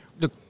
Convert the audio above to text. Look